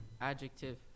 Adjective